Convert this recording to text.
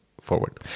forward